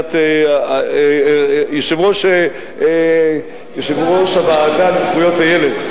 יושב-ראש הוועדה לזכויות הילד,